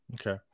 Okay